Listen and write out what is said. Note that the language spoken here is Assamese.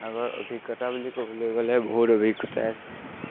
আগৰ অভিজ্ঞতা বুলি ক'বলৈ গ'লে বহুত অভিজ্ঞতাই আছে